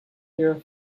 here